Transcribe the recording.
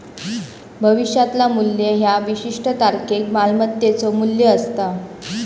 भविष्यातला मू्ल्य ह्या विशिष्ट तारखेक मालमत्तेचो मू्ल्य असता